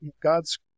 God's